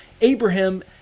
Abraham